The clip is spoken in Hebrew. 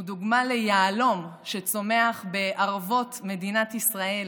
הוא דוגמה ליהלום שצומח בערבות מדינת ישראל,